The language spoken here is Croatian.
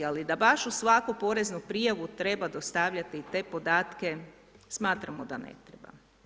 Ali da baš uz svaku poreznu prijavu treba dostavljati i te podatke, smatramo da ne treba.